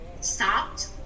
stopped